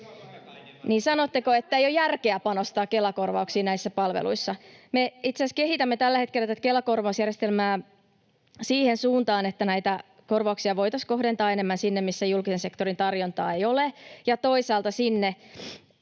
Sanotteko, että ei ole järkeä panostaa Kela-korvauksiin näissä palveluissa? Me itse asiassa kehitämme tällä hetkellä tätä Kela-korvausjärjestelmää siihen suuntaan, että näitä korvauksia voitaisiin kohdentaa enemmän sinne, missä julkisen sektorin tarjontaa ei ole, ja toisaalta siihen,